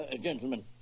Gentlemen